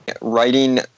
writing